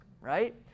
Right